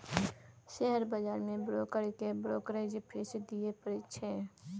share बजार मे broker केँ ब्रोकरेज फीस दियै परै छै